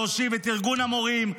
להושיב את ארגון המורים,